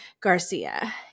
Garcia